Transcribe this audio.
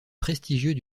prestigieux